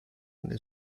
nel